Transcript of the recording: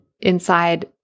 inside